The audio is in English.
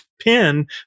pin